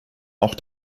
auch